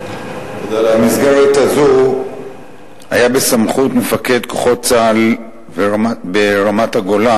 במסגרת הזו היה בסמכות מפקד כוחות צה"ל ברמת-הגולן